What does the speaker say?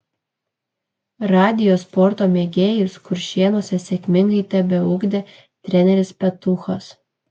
radijo sporto mėgėjus kuršėnuose sėkmingai tebeugdė treneris petuchas